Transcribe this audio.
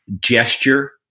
gesture